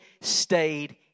stayed